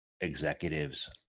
executives